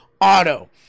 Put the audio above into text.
Auto